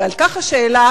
ועל כך השאלה,